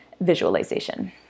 visualization